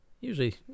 usually